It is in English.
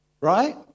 Right